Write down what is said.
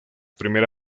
primer